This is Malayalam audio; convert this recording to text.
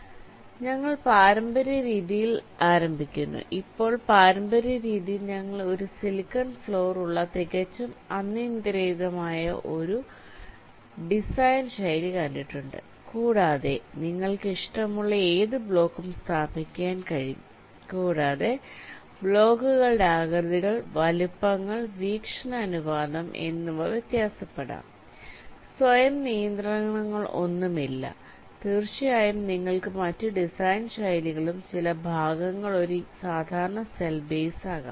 അതിനാൽ ഞങ്ങൾ പാരമ്പര്യ രീതിയിൽ ആരംഭിക്കുന്നു ഇപ്പോൾ പാരമ്പര്യ രീതിയിൽ ഞങ്ങൾ ഈ സിലിക്കൺ ഫ്ലോർ ഉള്ള തികച്ചും അനിയന്ത്രിതമായ ഒരു ഡിസൈൻ ശൈലി കണ്ടിട്ടുണ്ട് കൂടാതെ നിങ്ങൾക്ക് ഇഷ്ടമുള്ള ഏത് ബ്ലോക്കും സ്ഥാപിക്കാൻ കഴിയും കൂടാതെ ബ്ലോക്കുകളുടെ ആകൃതികൾ വലുപ്പങ്ങൾ വീക്ഷണ അനുപാതം എന്നിവ വ്യത്യാസപ്പെടാം സ്വയം നിയന്ത്രണങ്ങളൊന്നുമില്ല തീർച്ചയായും നിങ്ങൾക്ക് മറ്റ് ഡിസൈൻ ശൈലികളും ചില ഭാഗങ്ങൾ ഒരു സാധാരണ സെൽ ബേസ് ആകാം